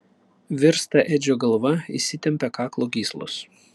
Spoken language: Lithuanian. virsta edžio galva įsitempia kaklo gyslos